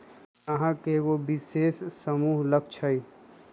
गाहक के एगो विशेष समूह लक्ष हई